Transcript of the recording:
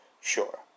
Sure